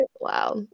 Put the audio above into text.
Wow